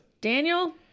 Daniel